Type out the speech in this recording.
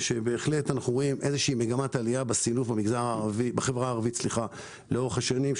בהחלט אנחנו רואים מגמת עלייה בסינוף בחברה הערבית לאורך השנים,